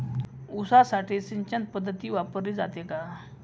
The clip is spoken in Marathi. ऊसासाठी सिंचन पद्धत वापरली जाते का?